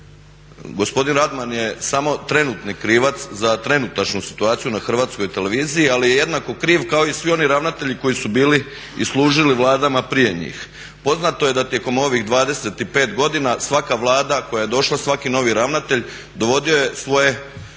Gospodin Radman je samo trenutni krivac za trenutačnu situaciju na HRT-u, ali je jednako kriv kao i svi oni ravnatelji koji su bili i služili vladama prije njih. Poznato je da tijekom ovih 25 godina svaka Vlada koja je došla, svaki novi ravnatelj dovodio je svoje